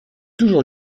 toujours